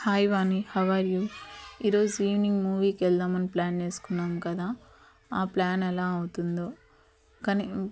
hi Vani how are you ఈ రోజు evening మూవీకి వెళ్దామని ప్లాన్ వేసుకున్నాం కదా ఆ ప్లాన్ ఎలా అవుతుందో కనీ